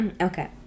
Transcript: okay